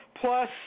Plus